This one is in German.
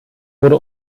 wurde